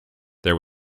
there